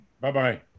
Bye-bye